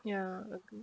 ya agree